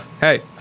Hey